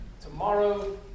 tomorrow